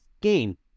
game